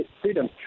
freedom